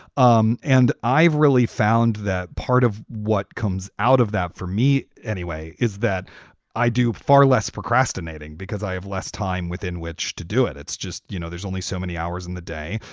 um and i've really found that part of what comes out of that for me anyway, is that i do far less procrastinating because i have less time within which to do it. it's just, you know, there's only so many hours in the day.